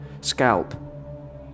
scalp